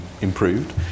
improved